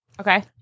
Okay